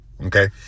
Okay